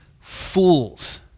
fools